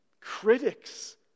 critics